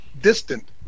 distant